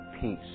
peace